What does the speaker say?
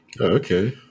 Okay